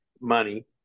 money